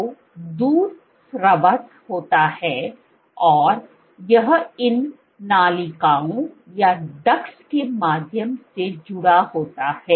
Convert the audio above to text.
तो दूध स्रावित होता है और यह इन नलिकाओं के माध्यम से जुड़ा होता है